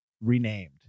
renamed